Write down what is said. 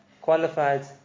qualified